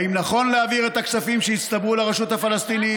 אם נכון להעביר את הכספים שהצטברו לרשות הפלסטינית,